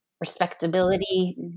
respectability